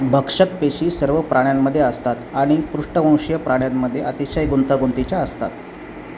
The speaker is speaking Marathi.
भक्षक पेशी सर्व प्राण्यांमध्ये असतात आणि पृष्ठवंशी प्राण्यांमध्ये अतिशय गुंंतगुंतीच्या असतात